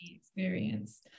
experience